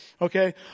Okay